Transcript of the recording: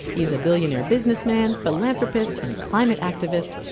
he's a billionaire businessman, philanthropist, and climate activist.